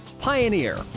Pioneer